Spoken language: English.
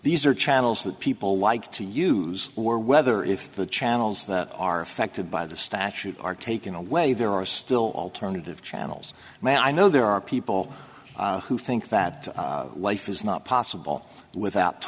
these are channels that people like to use or whether if the channels that are affected by the statute are taken away there are still alternative channels and i know there are people who think that life is not possible without